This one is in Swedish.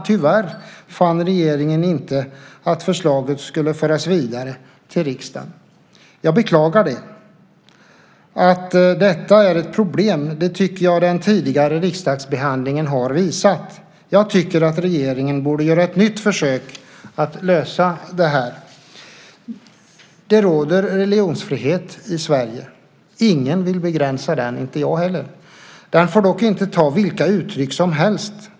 Tyvärr fann regeringen inte att förslaget skulle föras vidare till riksdagen. Jag beklagar det. Att detta är ett problem tycker jag att den tidigare riksdagsbehandlingen har visat. Jag tycker regeringen borde göra ett nytt försök att lösa detta. Det råder religionsfrihet i Sverige. Ingen vill begränsa den, inte jag heller. Den får dock inte ta sig vilka uttryck som helst.